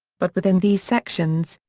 but within these sections,